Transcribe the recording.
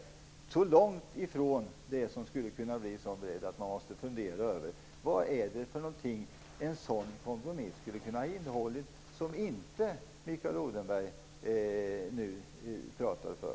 Det ligger mycket långt ifrån vad som krävs för att det skall kunna bli en sådan bredd som vi talar om här. Vad är det en sådan kompromiss som Mikael Odenberg nu pratar för skulle kunna ha innehållit?